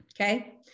Okay